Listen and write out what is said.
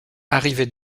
arrivées